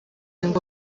ngo